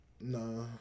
Nah